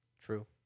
True